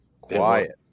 Quiet